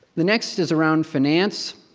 the next is around finance,